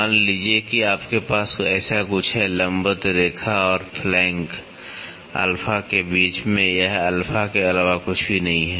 मान लीजिए कि आपके पास ऐसा कुछ है लंबवत रेखा और फ्लैंक अल्फा के बीच में यह अल्फा के अलावा कुछ भी नहीं है